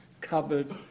cupboard